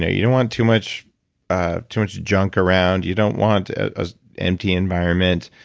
ah you don't want too much ah too much junk around. you don't want ah empty environment.